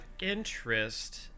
interest